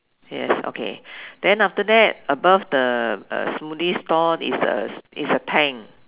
yes okay then after that above the uh smoothie stall is a is a tank